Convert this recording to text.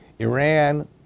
Iran